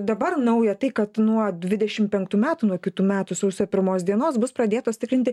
dabar nauja tai kad nuo dvidešim penktų metų nuo kitų metų sausio pirmos dienos bus pradėtos tikrinti